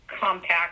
compact